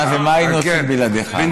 נאזם, מה היינו עושים בלעדיך.